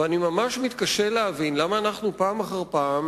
ואני ממש מתקשה להבין למה אנחנו פעם אחר פעם